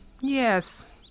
yes